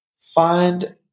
find